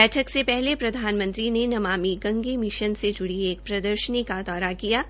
बैठक से पहले प्रधानमंत्री ने नमामि गंगे मिशन से जुड़ी एक प्रदर्शनी का दौरा किया